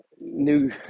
new